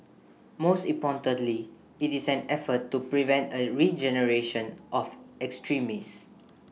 most importantly IT is an effort to prevent A regeneration of extremists